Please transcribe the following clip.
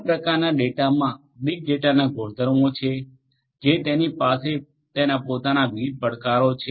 આ પ્રકારનાં ડેટામા બીગ ડેટાના ગુણધર્મો છે જેની પાસે તેના પોતાના વિવિધ પડકારો છે